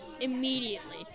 Immediately